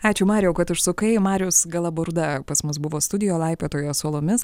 ačiū mariau kad užsukai marius galaburda pas mus buvo studio laipiotojas uolomis